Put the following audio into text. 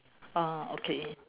ah okay